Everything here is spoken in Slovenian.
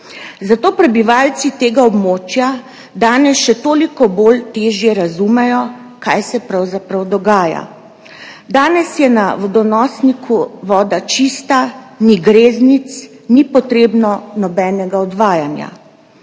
zato prebivalci tega območja danes še toliko težje razumejo, kaj se pravzaprav dogaja. Danes je na vodonosniku voda čista, ni greznic, ni potrebno nobeno odvajanje.